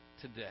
today